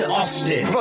Austin